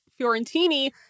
Fiorentini